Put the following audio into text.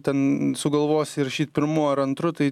ten sugalvosi rašyt pirmu ar antru tai